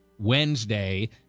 Wednesday